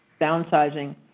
Downsizing